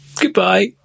Goodbye